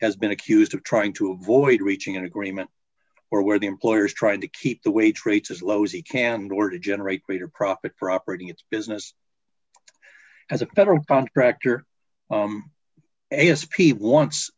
has been accused of trying to avoid reaching an agreement or where the employer's trying to keep the wage rates as low as he can or to generate greater profit for operating its business as a federal contractor s p wants